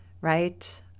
right